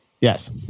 yes